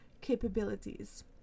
Capabilities